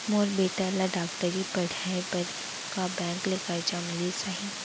मोर बेटा ल डॉक्टरी पढ़ाये बर का बैंक ले करजा मिलिस जाही?